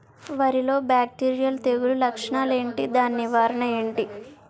వరి లో బ్యాక్టీరియల్ తెగులు లక్షణాలు ఏంటి? దాని నివారణ ఏంటి?